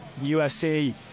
USC